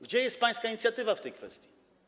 Gdzie jest pańska inicjatywa w tej kwestii?